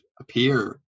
appear